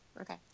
Okay